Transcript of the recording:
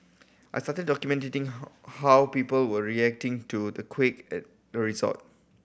I started documenting how how people were reacting to the quake at the resort